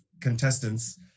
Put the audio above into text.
contestants